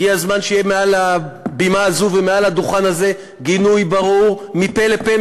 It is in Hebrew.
הגיע הזמן שיהיה מעל הבימה הזו ומעל הדוכן הזה גינוי ברור מפה לפה,